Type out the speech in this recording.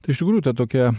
tai iš tikrųjų ta tokia